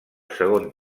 segon